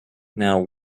now